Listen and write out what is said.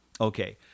Okay